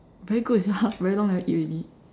very good sia very long never eat already